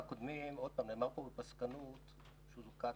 עוד פעם, נאמר פה בפסקנות שזו קצא"א.